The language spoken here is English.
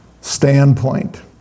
standpoint